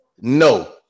no